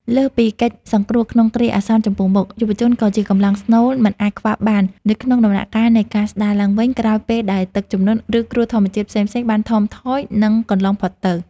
លើសពីកិច្ចសង្គ្រោះក្នុងគ្រាអាសន្នចំពោះមុខ យុវជនក៏ជាកម្លាំងស្នូលមិនអាចខ្វះបាននៅក្នុងដំណាក់កាលនៃការស្ដារឡើងវិញ ក្រោយពេលដែលទឹកជំនន់ ឬគ្រោះធម្មជាតិផ្សេងៗបានថមថយ និងកន្លងផុតទៅ។